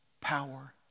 power